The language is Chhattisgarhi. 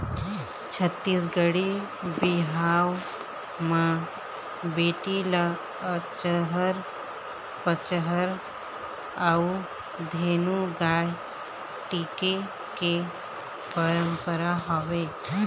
छत्तीसगढ़ी बिहाव म बेटी ल अचहर पचहर अउ धेनु गाय टिके के पंरपरा हवय